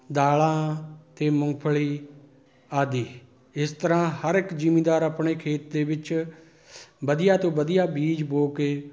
ਦਾਲਾਂ ਅਤੇ ਮੂੰਗਫਲੀ ਆਦਿ ਇਸ ਤਰ੍ਹਾਂ ਹਰ ਇੱਕ ਜ਼ਿਮੀਂਦਾਰ ਆਪਣੇ ਖੇਤ ਦੇ ਵਿੱਚ ਵਧੀਆ ਤੋਂ ਵਧੀਆ ਬੀਜ ਬੋ ਕੇ